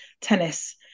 tennis